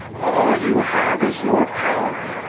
all you have is your power.